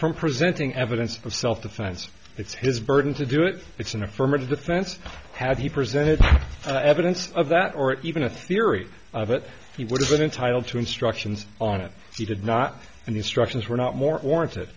from presenting evidence of self defense it's his burden to do it it's an affirmative defense had he presented no evidence of that or even a theory of it he would have been entitled to instructions on it he did not and instructions were not more or